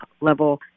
level